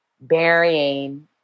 burying